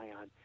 on